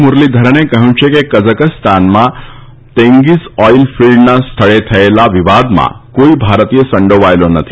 મુરલીધરને કહ્યું છે કે કઝાકસ્તાનમાં તેંગીઝ ઓઇલ ફિલ્ડના સ્થળે થયેલા વિવાદમાં કોઇ ભારતીય સંડોવાયેલો નથી